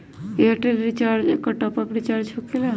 Airtel recharge एकर top off recharge होकेला?